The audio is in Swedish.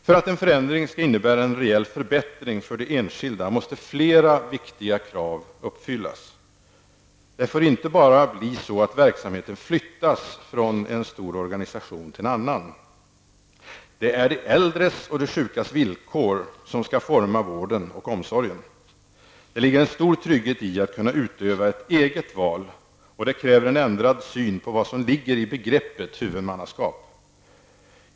För att en förändring skall innebära en rejäl förbättring för de enskilda måste flera viktiga krav uppfyllas. Det får inte bara bli så att verksamheter flyttas från en stor organisation till en annan. Det är de äldres och de sjukas villkor som skall forma vården och omsorgen. Det ligger en stor trygghet i att kunna utöva ett eget val, och det kräver en ändrad syn på vad som ligger i begreppet huvudmannaskap.